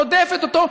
היא רודפת אותו,